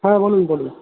হ্যাঁ বলুন বলুন